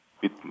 bit